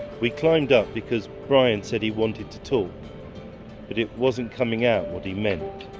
we climbed up because brian said he wanted to talk. but it wasn't coming out what he meant.